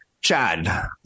Chad